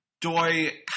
Doi